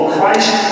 Christ